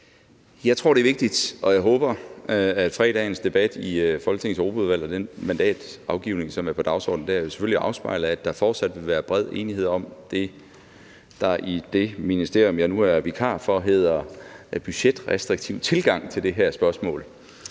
Morten Bødskov (fg.): Jeg håber, at fredagens debat i Folketingets Europaudvalg og den mandatafgivning, som er på dagsordenen dér, selvfølgelig vil afspejle, at der fortsat vil være bred enighed om det, der i det ministerium, jeg nu er vikar for, hedder en budgetrestriktiv tilgang til det her spørgsmål.